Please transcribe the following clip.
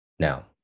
Now